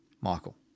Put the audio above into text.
Michael